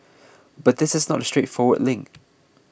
but this is not a straightforward link